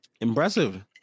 Impressive